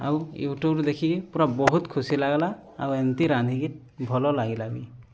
ଆଉ ୟୁଟ୍ୟୁବରୁ ଦେଖିକି ପୁରା ବହୁତ ଖୁସି ଲାଗିଲା ଆଉ ଏମିତି ରାନ୍ଧିକି ଭଲ ଲାଗିଲା ବି